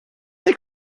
they